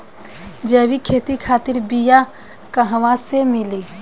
जैविक खेती खातिर बीया कहाँसे मिली?